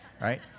right